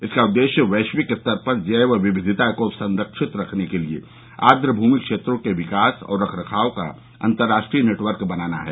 इसका उद्देश्य वैश्विक स्तर पर जैव विविधता को संरक्षित रखने के लिए आर्द्रभूमि क्षेत्रों के विकास और रखरखाव का अंतरराष्ट्रीय नेटवर्क बनाना है